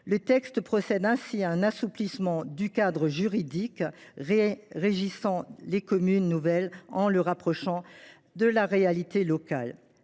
Le texte procède ainsi à un assouplissement du cadre juridique régissant les communes nouvelles, en le rapprochant de la réalité locale.